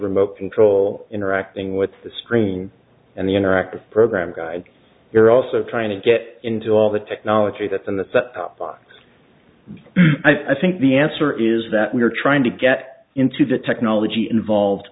remote control interacting with the screen and the interactive program guide you're also trying to get into all the technology that's in the set top box i think the answer is that we're trying to get into the technology involved